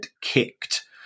kicked